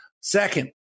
second